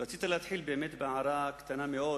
רציתי להתחיל באמת בהערה קטנה מאוד